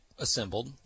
Assembled